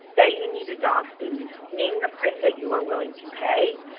say you needed dog food, named the price that you were willing to pay.